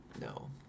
No